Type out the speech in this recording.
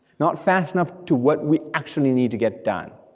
not fast enough to what we actually need to get done.